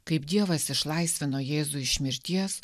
kaip dievas išlaisvino jėzų iš mirties